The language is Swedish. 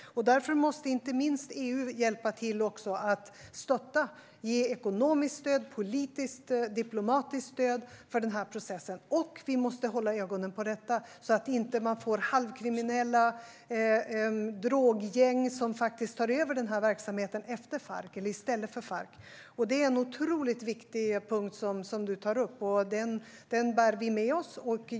Därför måste inte minst EU hjälpa till att stötta - ge ekonomiskt, politiskt och diplomatiskt stöd i den processen. Vi måste också hålla ögonen på detta så att man inte får halvkriminella droggäng som tar över verksamheten i stället för Farc. Det är en otroligt viktig punkt du tar upp, Marco Venegas, och den bär vi med oss.